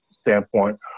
standpoint